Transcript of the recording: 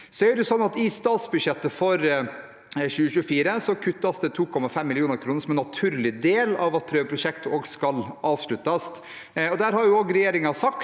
I statsbudsjettet for 2024 kuttes det 2,5 mill. kr, som en naturlig del av at prøveprosjektet skal avsluttes. Regjeringen har sagt,